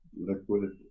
liquid